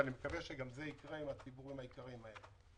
ואני מקווה שגם זה יקרה עם הציבור היקר הזה.